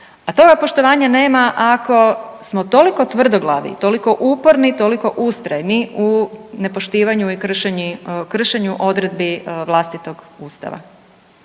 a toga poštovanja nema ako smo toliko tvrdoglavi, toliko uporni, toliko ustrajni u nepoštivanju i kršenju odredbi vlastitog Ustava.